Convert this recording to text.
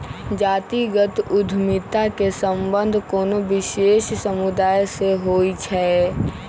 जातिगत उद्यमिता के संबंध कोनो विशेष समुदाय से होइ छै